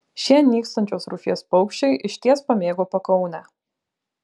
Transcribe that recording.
šie nykstančios rūšies paukščiai išties pamėgo pakaunę